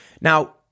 Now